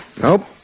Nope